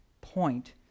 point